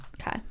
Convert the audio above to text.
okay